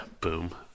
Boom